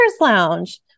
Lounge